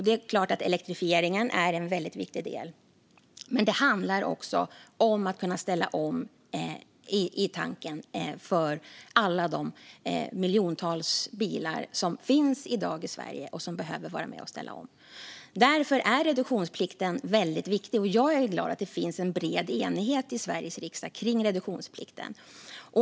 Det är klart att elektrifieringen är en väldigt viktig del, men det handlar också om att kunna ställa om tanken på alla de miljontals bilar som i dag finns i Sverige och som behöver vara med och ställa om. Därför är reduktionsplikten väldigt viktig, och jag är glad att det finns en bred enighet i Sveriges riksdag kring den.